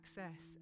access